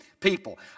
people